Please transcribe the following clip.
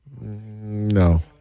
No